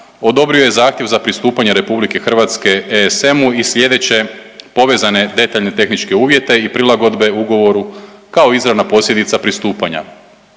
odobrio je zahtjev za pristupanje RH ESM-u i sljedeće povezane detaljne tehničke uvjete i prilagodbe ugovoru, kao izravna posljedica pristupanja.